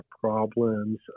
problems